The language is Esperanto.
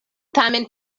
tamen